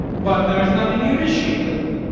but there is nothing here to shoot with.